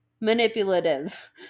manipulative